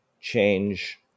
change